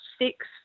six